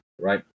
right